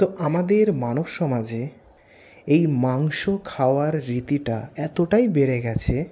তো আমাদের মানব সমাজে এই মাংস খাওয়ার রীতিটা এতটাই বেড়ে গেছে